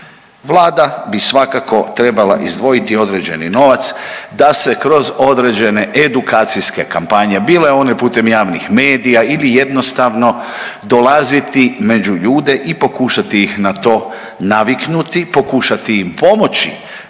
Vlada bi svakako trebala izdvojiti određeni novac da se kroz određene edukacijske kampanje bile one putem javnih medija ili jednostavno dolaziti među ljude i pokušati ih na to naviknuti, pokušati im pomoći